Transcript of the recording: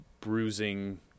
bruising